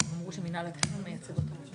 עצמאיות מיוחדות.